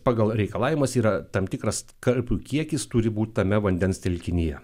pagal reikalavimas yra tam tikras karpių kiekis turi būt tame vandens telkinyje